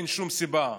אין שום סיבה,